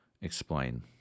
explain